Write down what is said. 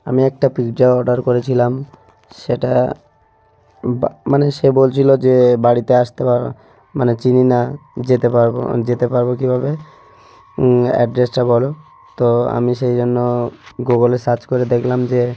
আমি একটা pizza order করেছিলাম সেটা বা মানে সে বলছিলো যে বাড়িতে আসতে পার মানে চিনি না যেতে পারবো যেতে পারবো কীভাবে অ্যাড্রেসটা বলো তো আমি সেই জন্য গুগুলে সার্চ করে দেখলাম যে